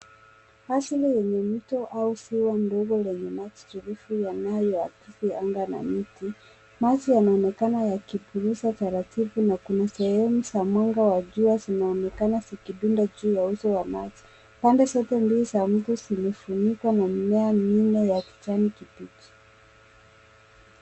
Asili yenye mto ndogo au ziwa dogo lenye maji tulivu yanayoakisi anga na miti. Maji yanaonekana yakituliza taratibu na kuna sehemu za mwanga wa jua zinaonekana zikidunda juu ya uso wa maji. Pande zote mbili za mto zimefunikwa na mimea minne ya kijani kibichi.